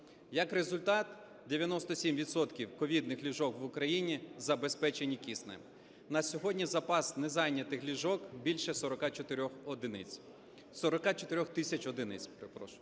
Як результат, 97 відсотків ковідних ліжок в Україні забезпечені киснем, на сьогодні запас незайнятих ліжок більше 44 тисяч одиниць.